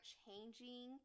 changing